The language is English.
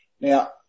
Now